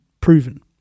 proven